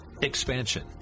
Expansion